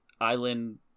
island